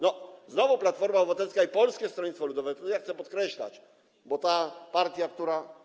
No, znowu Platforma Obywatelska i Polskie Stronnictwo Ludowe, chcę to podkreślać, bo ta partia, która.